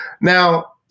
Now